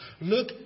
Look